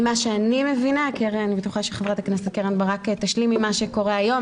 ממה שאני מבינה כי הרי בטוחה שח"כ ברק תשלים ממה שקורה היום,